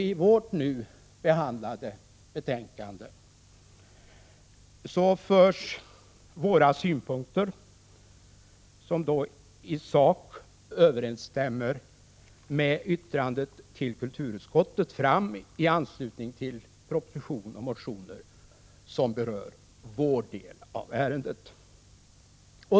I vårt nu behandlade betänkande förs våra synpunkter, som i sak överensstämmer med yttrandet till kulturutskottet, fram i anslutning till propositionen och motioner som berör vår del av ärendet.